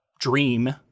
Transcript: Dream